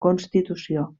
constitució